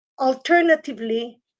Alternatively